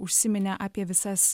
užsiminė apie visas